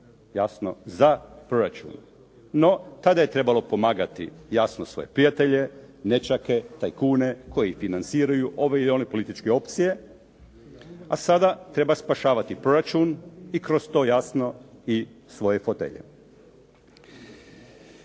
jasno za proračun, no tada je trebalo pomagati jasno svoje prijatelje, nećake, tajkune koji financiraju ove ili one političke opcije, a sada treba spašavati proračun i kroz to jasno i svoje fotelje.